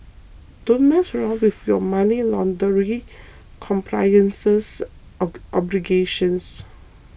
don't mess around with your money laundering compliance obligations